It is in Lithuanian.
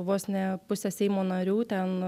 vos ne pusę seimo narių ten